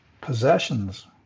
possessions